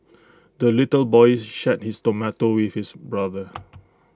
the little boy shared his tomato with his brother